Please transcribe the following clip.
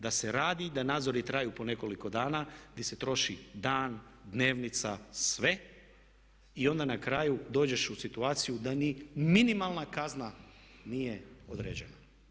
Da se radi, da nadzori traju po nekoliko dana, di se troši dan, dnevnica sve i ona na kraju dođeš u situaciju da ni minimalna kazna nije određena.